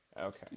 Okay